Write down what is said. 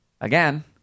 Again